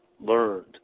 learned